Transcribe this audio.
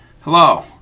Hello